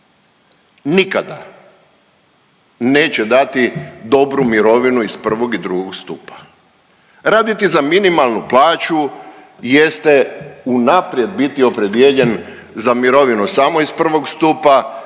nikada neće dati dobru mirovinu iz prvog i drugog stupa. Raditi za minimalnu plaću jeste unaprijed biti opredijeljen za mirovinu samo iz prvog stupa,